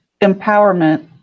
Empowerment